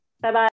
Bye-bye